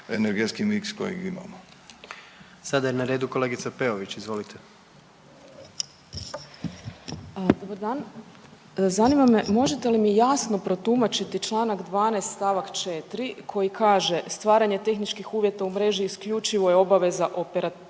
**Jandroković, Gordan (HDZ)** Sada je na redu kolegica Peović, izvolite. **Peović, Katarina (RF)** Dobar dan. Zanima me možete li mi jasno protumačiti Članak 12. stavak 4. koji kaže, stvaranje tehničkih uvjeta u mreži isključivo je obaveza operatora